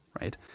right